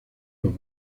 los